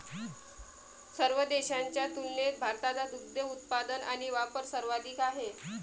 सर्व देशांच्या तुलनेत भारताचा दुग्ध उत्पादन आणि वापर सर्वाधिक आहे